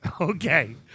Okay